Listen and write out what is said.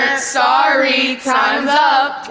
sorry, time's up.